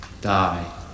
Die